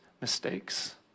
mistakes